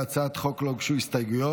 להצעת החוק לא הוגשו הסתייגויות,